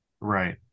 Right